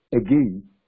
again